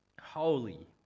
holy